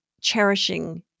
cherishing